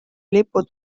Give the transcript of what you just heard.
lipu